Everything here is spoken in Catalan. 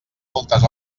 moltes